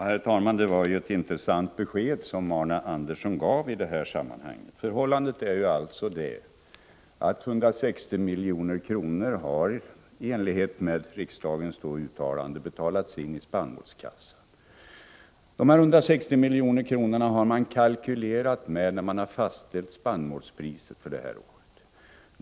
Herr talman! Det var ett intressant besked som Arne Andersson i Ljung gav i detta sammanhang. Förhållandet är alltså det att 160 milj.kr. i enlighet med riksdagens uttalande betalats in i spannmålskassan. Dessa 160 milj.kr. har man kalkylerat med när man fastställt spannmålspriset för det här året.